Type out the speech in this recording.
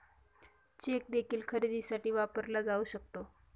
check देखील खरेदीसाठी वापरला जाऊ शकतो